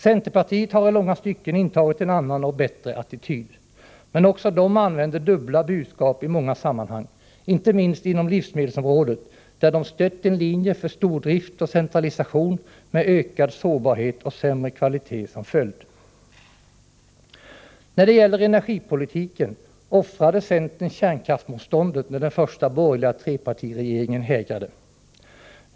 Centerpartiet har i långa stycken intagit en annan och bättre attityd. Men också centerpartiet använder dubbla budskap i många sammanhang, inte minst inom livsmedelsområdet, där partiet har stött en linje för stordrift och centralisation med ökad sårbarhet och sämre kvalitet som följd. När det gäller energipolitiken offrade centern kärnkraftsmotståndet när den första borgerliga trepartiregeringen hägrade.